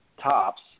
tops